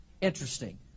Interesting